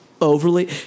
overly